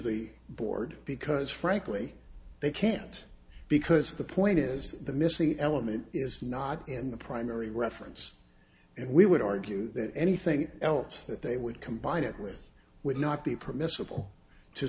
the board because frankly they can't because the point is the missing element is not in the primary reference and we would argue that anything else that they would combine it with would not be permissible to